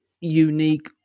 unique